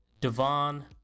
Devon